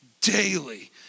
daily